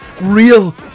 real